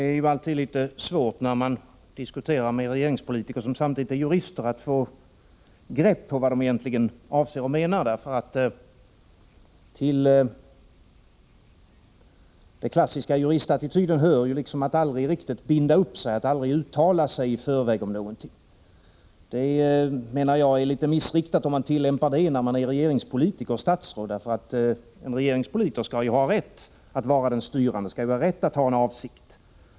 Nr 84 Herr talman! När man diskuterar med regeringspolitiker som samtidigt är Måndagen den jurister är det alltid litet svårt att få grepp på vad de egentligen avser. Tillden — 18 februari 1985 | klassiska juristattityden hör nämligen att aldrig riktigt binda upp sig och att aldrig uttala sig i förväg om någonting. Enligt min mening är det litet Om ändrade regler | missriktat att ha en sådan attityd om man är regeringspolitiker och statsråd. för friköp av arren En regeringspolitiker skall ju ha rätt att vara styrande, rätt att ha en avsikt.